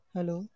Hello